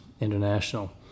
International